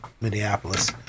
Minneapolis